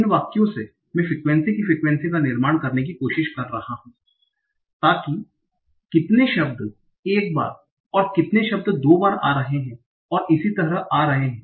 इन वाक्यों से मैं फ्रिक्वेन्सी की फ्रिक्वेन्सी का निर्माण करने की कोशिश कर रहा हूं ताकि कितने शब्द एक बार और कितने शब्द दो बार आ रहे हैं और इसी तरह आ रहे हैं